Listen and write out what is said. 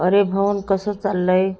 अरे भवन कसं चाललंय